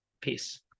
peace